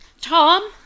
Tom